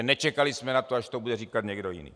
Nečekali jsme na to, až to bude říkat někdo jiný.